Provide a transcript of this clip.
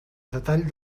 detall